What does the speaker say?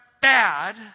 bad